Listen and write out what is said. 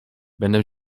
będę